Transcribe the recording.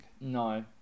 no